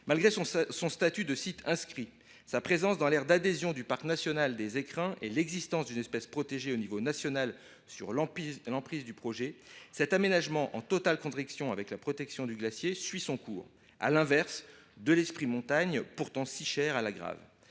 Malgré son statut de site inscrit, sa situation dans l’aire d’adhésion du parc national des Écrins et la présence d’une espèce protégée au niveau national sur l’emprise du projet, cet aménagement en totale contradiction avec la protection du glacier suit son cours, à rebours de l’esprit « montagne » pourtant si cher à La Grave.